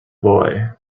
boy